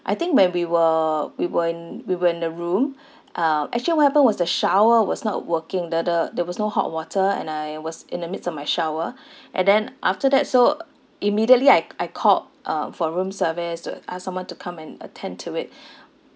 I think when we were we were in we were in the room uh actually what happened was the shower was not working the the there was no hot water and I was in the midst of my shower and then after that so immediately I I called um for room service to ask someone to come and attend to it